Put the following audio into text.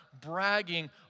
bragging